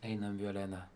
einam violena